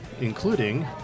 including